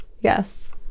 Yes